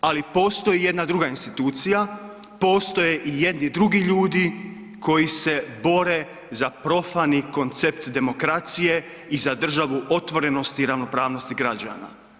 Ali postoji i jedna druga institucija, postoje i jedni drugi ljudi koji se bore za profani koncept demokracije i za državu otvorenosti i ravnopravnosti građana.